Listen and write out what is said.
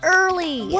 early